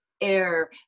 air